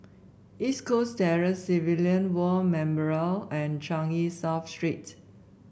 East Coast Terrace Civilian War Memorial and Changi South Street